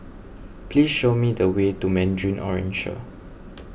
please show me the way to Mandarin Oriental